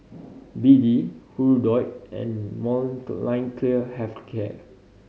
B D Hirudoid and Molnylcke Have a Care